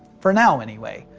for now anyway.